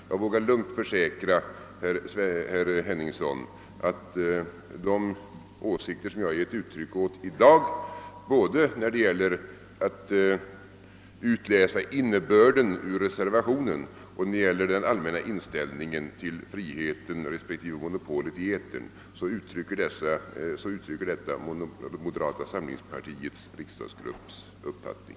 Däremot vågar jag lugnt försäkra herr Henningsson att de åsikter som jag i dag framfört både när det gäller att utläsa innebörden av reservationen och när det gäller den allmänna inställningen till friheten respektive monopolet i etern representerar moderata samlingspartiets riksdagsgrupps uppfattning.